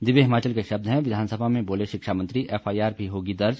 दिव्य हिमाचल के शब्द हैं विधानसभा में बोले शिक्षा मंत्री एफआईआर भी होगी दर्ज